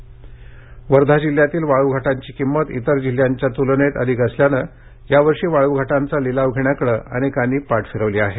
वाळघाट वर्धा वर्धा जिल्ह्यातील वाळूघाटांची किंमत इतर जिल्ह्याच्या तुलनेत अधिक असल्याने यावर्षी वाळूघाटांचा लिलाव घेण्याकडे अनेकांनी पाठ फिरविली आहे